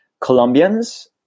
Colombians